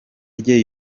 rye